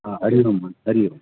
हा हरि ओम हरि ओम